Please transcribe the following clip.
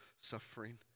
suffering